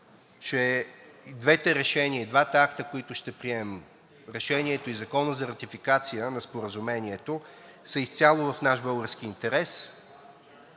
че и двете решения, двата акта, които ще приемем – Решението и Закона за ратификация на Споразумението, са изцяло в наш български интерес